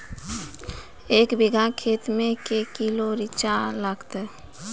एक बीघा खेत मे के किलो रिचा लागत?